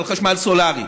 על חשמל סולרי.